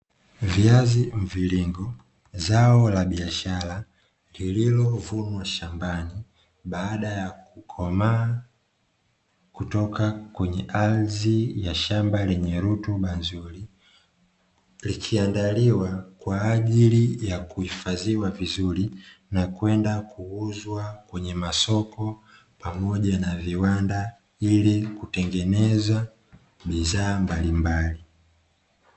Viazi mviringo zao la biashara, lililovunwa shambani baada ya kukomaa kutoka kwenye ardhi ya shamba lenye rutuba nzuri, likiandaliwa kwa ajili ya kuhifadhiwa vizuri na kwenda kuuzwa kwenye masoko pamoja na viwanda, ili kutengeneza bidhaa mbalimbali.